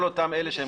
כל אותם אלה שהם